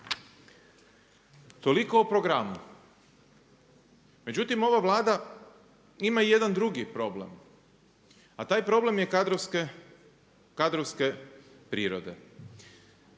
Toliko o programu. Međutim ova Vlada ima i jedan drugi problem, a taj problem je kadrovske prirode.